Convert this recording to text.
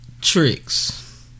tricks